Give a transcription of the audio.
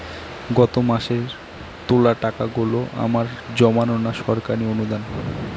গত মাসের তোলা টাকাগুলো আমার জমানো না সরকারি অনুদান?